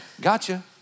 Gotcha